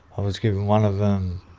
i was giving one of them,